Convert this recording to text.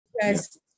Yes